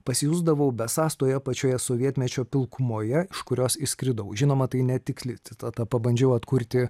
pasijusdavau besąs toje pačioje sovietmečio pilkumoje iš kurios išskridau žinoma tai netiksli citata pabandžiau atkurti